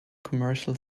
commercial